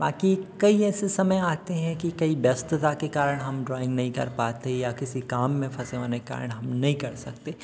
बाकी कई ऐसे समय आते हैं कि कहीं व्यस्तता के कारण हम ड्राइंग नहीं कर पाते या किसी काम में फंसे होने के कारण हम नहीं कर सकते हैं